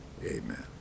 Amen